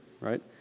right